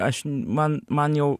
aš man man jau